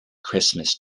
christmas